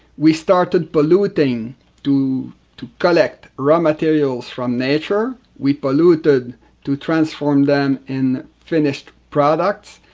we started polluting to to collect raw materials from nature. we polluted to transform them in finished products.